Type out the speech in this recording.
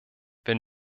wenn